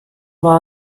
war